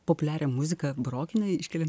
populiarią muziką barokinę iškeliam